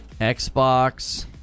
Xbox